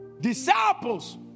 Disciples